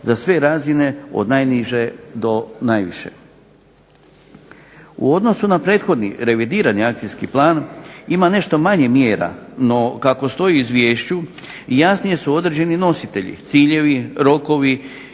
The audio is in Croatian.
za sve razine, od najniže do najviše. U odnosu na prethodni revidirani akcijski plan ima nešto manje mjera no kako stoji u izvješću jasnije su određeni nositelji, ciljevi, rokovi